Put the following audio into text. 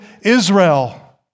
Israel